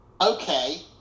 okay